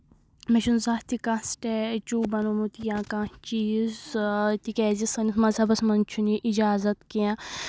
مےٚ چُھ نہٕ زانٛہہ تہِ کانٛہہ سٹیچوٗ بَنوٚومُت یا کانٛہہ چیٖز سُہ تِکیازِ سٲنِس مذہبَس منٛز چھُ نہٕ یہِ اِجازَت کیٚنٛہہ